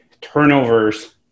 turnovers